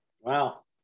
Wow